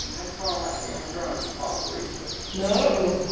i just want to watch game of thrones and fall asleep no!